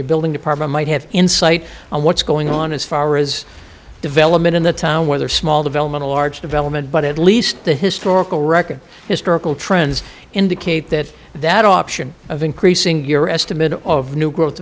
new building department might have insight on what's going on as far as development in the town whether small development a large development but at least the historical record historical trends indicate that that option of increasing your estimate of new growth